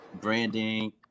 branding